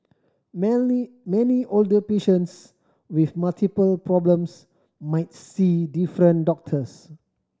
many many older patients with multiple problems might see different doctors